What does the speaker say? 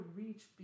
reach